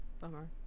bummer